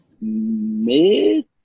mid